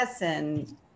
and-